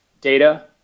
data